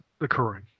occurring